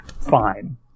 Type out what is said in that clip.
fine